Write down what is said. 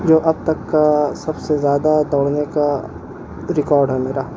جو اب تک کا سب سے زیادہ دوڑنے کا ریکارڈ ہے میرا